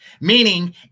Meaning